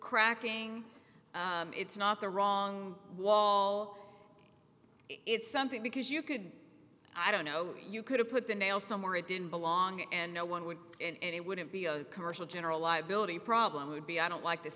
cracking it's not the wrong wall it's something because you could i don't know you could have put the nail somewhere it didn't belong and no one would and it wouldn't be a commercial general liability problem would be i don't like th